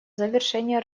завершение